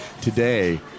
Today